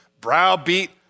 browbeat